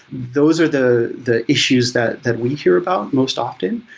those are the the issues that that we hear about most often.